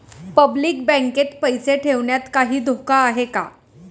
Public बँकेत पैसे ठेवण्यात काही धोका आहे का?